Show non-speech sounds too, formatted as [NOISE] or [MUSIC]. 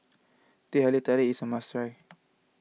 Teh Halia Tarik is a must try [NOISE]